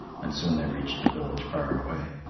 and soon they reached a village far away.